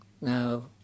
Now